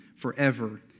forever